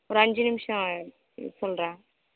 ஒரு அஞ்சு நிமிஷம் சொல்றேன்